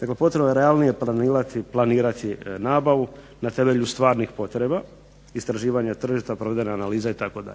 dakle potrebno je realnije planirati nabavu na temelju stvarnih potreba istraživanja tržišta, analiza itd.,